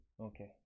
okay